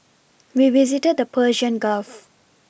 we visited the Persian Gulf